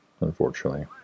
unfortunately